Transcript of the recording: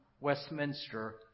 Westminster